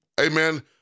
amen